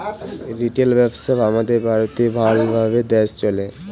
retail ব্যবসা আমাদের ভারতে ভাল ভাবে দ্যাশে চলে